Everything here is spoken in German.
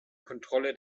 kontrolle